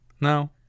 No